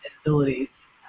abilities